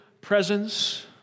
presence